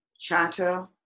chatter